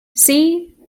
see